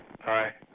Hi